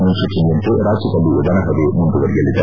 ಮುನ್ಲೂಚನೆಯಂತೆ ರಾಜ್ಯದಲ್ಲಿ ಒಣಹವೆ ಮುಂದುವರೆಯಲಿದೆ